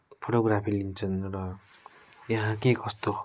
photography लिन्छन् र त्यहाँ के कस्तो